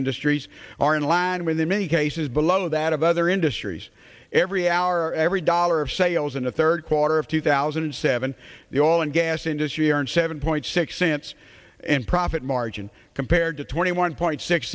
industries are in line with in many cases below that of other industries every hour every dollar of sales in the third quarter of two thousand and seven the oil and gas industry are in seven point six cents and profit margin compared to twenty one point six